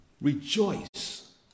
rejoice